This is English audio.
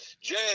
Jay